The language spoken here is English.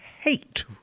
hate